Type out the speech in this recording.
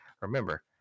remember